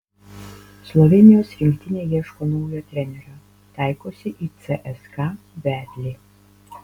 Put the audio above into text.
slovėnijos rinktinė ieško naujo trenerio taikosi į cska vedlį